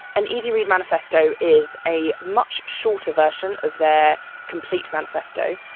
an easy read manifesto is a much shorter version of their complete manifesto,